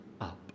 up